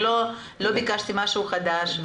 לא ביקשתי משהו חדש.